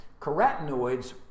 carotenoids